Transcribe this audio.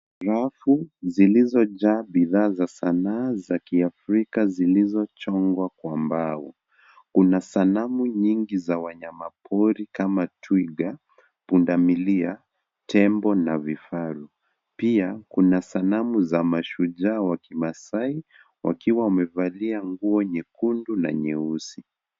Rafu zilizojaa bidhaa za sanaa za kiafrika zilizochongwa kwa mbao. Kuna sanamu nyingi za wanyamapori kama twiga, pundamilia, tembo na vifaru. Pia, kuna sanamu za mashujaa wa kimaasai wakiwa wamevalia nguo nyekundu na nyeusi.